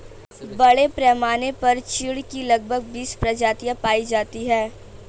बड़े पैमाने पर चीढ की लगभग बीस प्रजातियां पाई जाती है